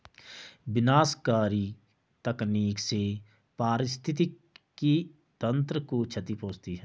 विनाशकारी तकनीक से पारिस्थितिकी तंत्र को क्षति पहुँचती है